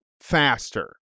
faster